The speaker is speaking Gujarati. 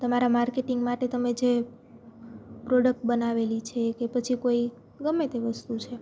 તમારા માર્કેટિંગ માટે તમે જે પ્રોડક્ટ બનાવેલી છે કે પછી કોઈ ગમે તે વસ્તુ છે